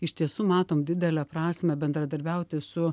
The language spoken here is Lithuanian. iš tiesų matom didelę prasmę bendradarbiauti su